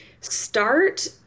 start